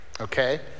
okay